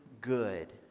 good